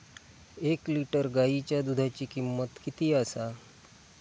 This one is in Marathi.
एक लिटर गायीच्या दुधाची किमंत किती आसा?